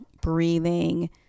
breathing